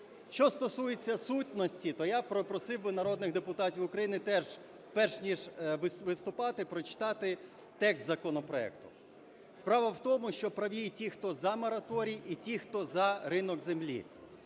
Що стосується сутності, то я попросив би народних депутатів України теж, перш ніж виступати, прочитати текст законопроекту. Справа в тому, що праві і ті, хто за мораторій, і ті, хто за ринок землі.